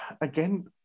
again